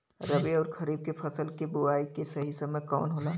रबी अउर खरीफ के फसल के बोआई के सही समय कवन होला?